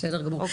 בסדר גמור,